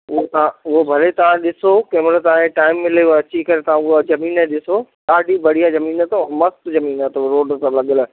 उहा त उहा भले तव्हां ॾिसो जॾहिं तव्हां खे टाइम मिलेव अची करे तव्हां उहा ज़मीन ॾिसो ॾाढी बढ़िया जमीन अथव मस्तु ज़मीन रोड सां लॻियल आहे